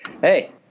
Hey